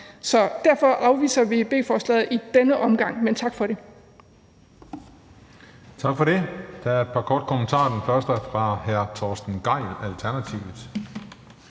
Så derfor afviser vi B-forslaget i denne omgang. Men tak for det.